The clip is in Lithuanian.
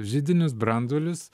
židinius branduolius